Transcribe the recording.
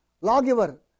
lawgiver